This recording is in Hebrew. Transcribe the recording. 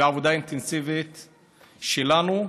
עבודה אינטנסיבית שלנו,